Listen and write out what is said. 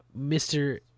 Mr